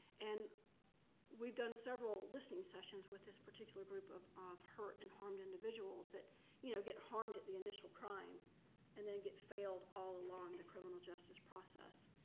and we've done several listening sessions with this particular group of of hurt and harmed individuals that you know get harmed at the initial crime and then get failed all along the criminal justice process.